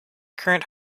current